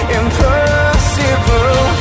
impossible